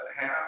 half